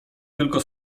tylko